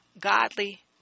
godly